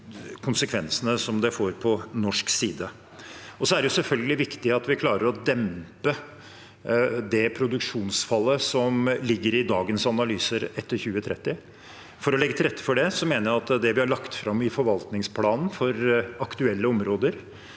konsekvensene som det får på norsk side. Så er det selvfølgelig viktig at vi klarer å dempe det produksjonsfallet etter 2030 som ligger i dagens analyser. For å legge til rette for det mener jeg at det vi har lagt fram i forvaltningsplanen for aktuelle områder,